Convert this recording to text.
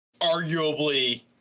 arguably